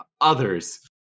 others